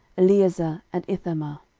eleazar, and ithamar.